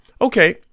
Okay